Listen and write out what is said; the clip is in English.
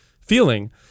feeling